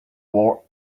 war